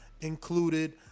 included